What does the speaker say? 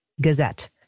gazette